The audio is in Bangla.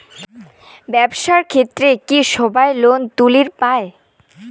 ব্যবসার ক্ষেত্রে কি সবায় লোন তুলির পায়?